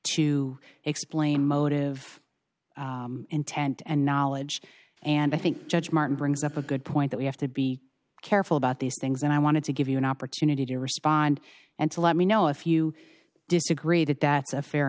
to explain motive intent and knowledge and i think judge martin brings up a good point that we have to be careful about these things and i wanted to give you an opportunity to respond and to let me know if you disagree that that's a fair